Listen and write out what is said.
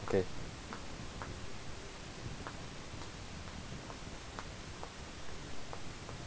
okay